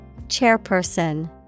Chairperson